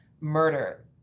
murder